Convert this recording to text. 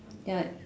ya